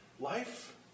life